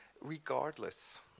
regardless